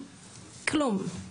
כלום.